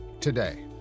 today